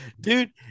Dude